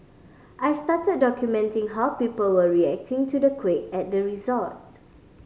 I started documenting how people were reacting to the quake at the resort